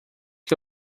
que